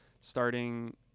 starting